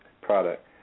product